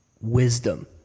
Wisdom